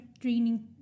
training